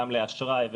גם לאשראי,